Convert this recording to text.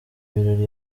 birori